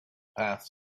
path